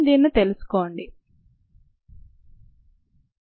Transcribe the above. బహుశా మీకు మరొక విషయం చెప్తాను